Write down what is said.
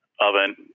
oven